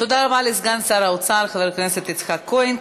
תודה רבה לסגן שר האוצר חבר הכנסת יצחק כהן.